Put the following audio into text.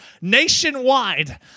nationwide